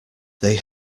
they